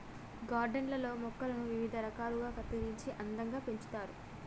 garden లల్లో మొక్కలను వివిధ రకాలుగా కత్తిరించి అందంగా పెంచుతారు